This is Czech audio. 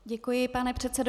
Děkuji, pane předsedo.